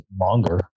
longer